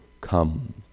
come